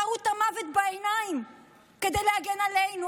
הם ראו את המוות בעיניים כדי להגן עלינו,